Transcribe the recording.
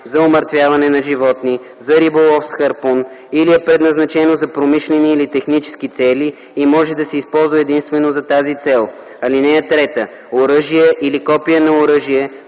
за умъртвяване на животни, за риболов с харпун или е предназначено за промишлени или технически цели и може да се използва единствено за тази цел; 3. оръжие или копие на оръжие,